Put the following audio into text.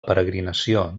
peregrinació